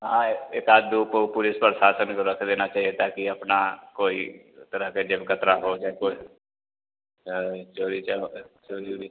हाँ एक आध दो को पुलिस प्रशासन को रखा देना चाहिए ताकि अपना कोई तरह का जेबकतरा हो चाहे कोई चोरी चोरी ओरी